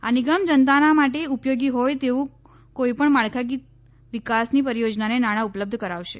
આ નિગમ જનતાના માટે ઉપયોગી હોય તેવી કોઇપણ માળખાગત વિકાસની પરિયોજનાને નાણા ઉપલબ્ધ કરાવશે